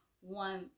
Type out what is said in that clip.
one